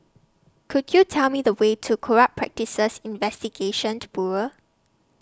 Could YOU Tell Me The Way to Corrupt Practices Investigation to Bureau